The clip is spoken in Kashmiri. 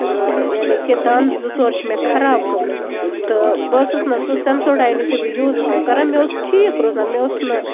یانے کہِ دَنٛد زٕ ژو چھِ مےٚ خراب گٲمٕتۍ تہٕ بہٕ ٲسٕس نہَ حظ ہُہ سینسوڈاین یِتھُے بہٕ یوٗز ٲسٕس کران مےٚ اوس ٹھیٖک روزان مےٚ اوس نہٕ